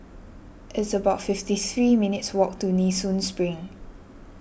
it's about fifty three minutes' walk to Nee Soon Spring